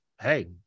Hey